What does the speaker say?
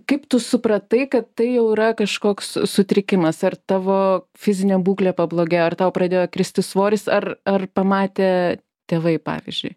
kaip tu supratai kad tai jau yra kažkoks sutrikimas ar tavo fizinė būklė pablogėjo ar tau pradėjo kristi svoris ar ar pamatė tėvai pavyzdžiui